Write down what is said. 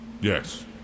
Yes